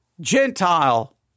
Gentile